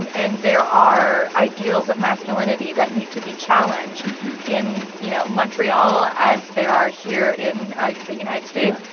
and and there are ideals of masculinity that need to be challenged in, you know, montreal, as there are here in ah the united states.